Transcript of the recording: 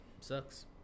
Sucks